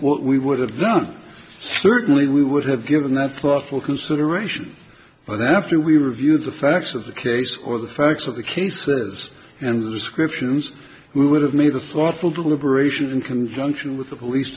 what we would have done certainly we would have given the thoughtful consideration but after we reviewed the facts of the case or the facts of the cases and the descriptions we would have made a thoughtful deliberation in conjunction with the police